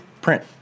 print